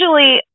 usually